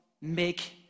make